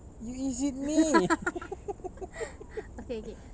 you is it me